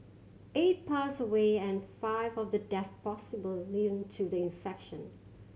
eight passed away and five of the deaths possibly linked to the infection